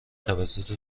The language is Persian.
توسط